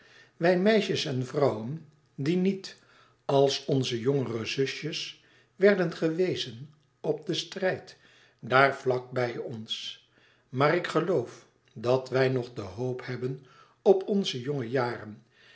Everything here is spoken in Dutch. wij meisjes en vrouwen die niet als onze jongere zusjes worden gewezen op den strijd daar vlak bij ons maar ik geloof dat wij nog de hoop hebben op onze jonge jaren